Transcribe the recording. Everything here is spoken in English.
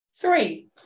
Three